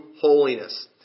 holiness